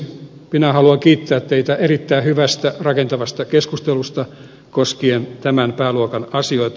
minä haluan kiittää teitä erittäin hyvästä rakentavasta keskustelusta koskien tämän pääluokan asioita